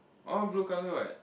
all blue color what